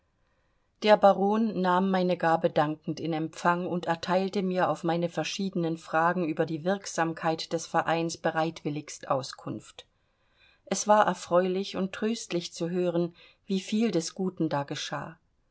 erliegen baron s nahm meine gabe dankend in empfang und erteilte mir auf meine verschiedenen fragen über die wirksamkeit des vereins bereitwilligst auskunft es war erfreulich und tröstlich zu hören wie viel des guten da geschah